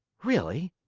really?